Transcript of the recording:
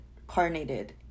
incarnated